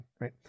right